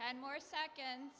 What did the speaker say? ten more seconds